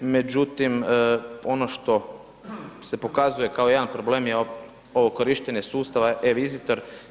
Međutim, ono što se pokazuje kao jedan problem je ovo korištenje sustava e-vizitor.